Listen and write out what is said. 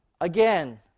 again